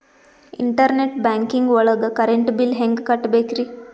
Internet banking ಒಳಗ್ current bill ಹೆಂಗ್ ಕಟ್ಟ್ ಬೇಕ್ರಿ?